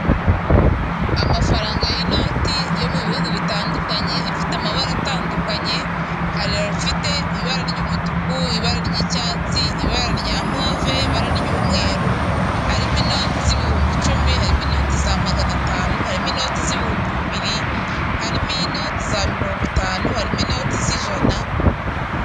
Amafaranga y'inoti yo mu bihugu bitandukanye, afite amabara atandukanye, hari afite ibara ry'umutuku, ibara ry'icyatsi, ibara rya move, ibara ry'umweru, harimo inoti z'ibihumbi icumi, harimo inoti za magana atanu, harimo inoti z'ibihumbi bibiri, harimo inoti za mirongo itanu, harimo inoti z'ijana